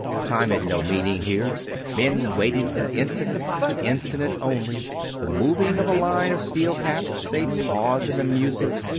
time had no meaning here men waited from incident to incident only the moving of a line of steel caps, a pause in the music,